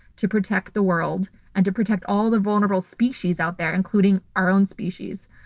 to protect the world and to protect all the vulnerable species out there including our own species.